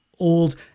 old